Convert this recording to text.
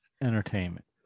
Entertainment